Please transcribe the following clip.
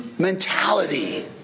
Mentality